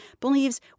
believes